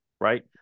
right